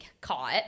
caught